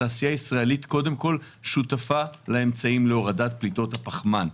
התעשייה הישראלית קודם כול שותפה לאמצעים להורדת פליטות הפחמן.